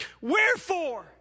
Wherefore